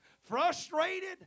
frustrated